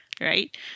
right